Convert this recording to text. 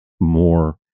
more